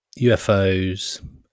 UFOs